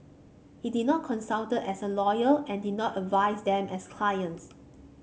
he did not consulted as a lawyer and did not advise them as clients